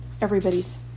everybody's